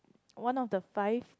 one of the five